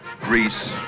Greece